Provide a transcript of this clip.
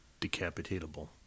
decapitatable